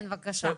כן בבקשה.